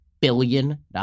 billion